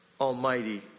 Almighty